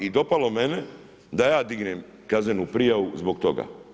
I dopalo mene da ja dignem kaznenu prijavu zbog toga.